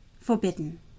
forbidden